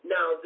Now